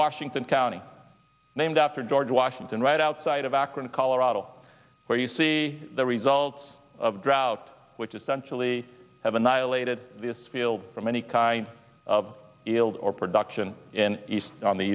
washington county named after george washington right outside of akron colorado where you see the results of drought which essentially have annihilated this field from any kind of eld or production in east on the